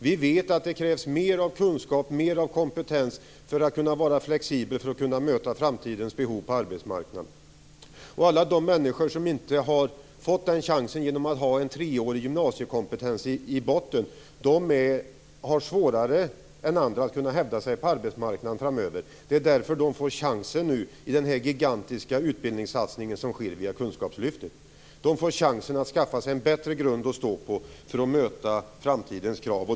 Vi vet att det krävs mer kunskaper och kompetens för att kunna vara flexibel och möta framtidens behov på arbetsmarknaden. Alla de människor som inte har en treårig gymnasiekompetens i botten har svårare än andra att kunna hävda sig på arbetsmarknaden framöver. Det är därför de får chansen nu i den här gigantiska utbildningssatsningen som sker via kunskapslyftet. De får chansen att skaffa sig en bättre grund att stå på för att möta framtidens krav.